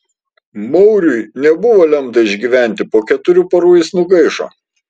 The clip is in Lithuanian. mauriui nebuvo lemta išgyventi po keturių parų jis nugaišo